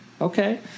okay